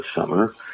summer